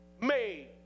made